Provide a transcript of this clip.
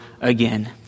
again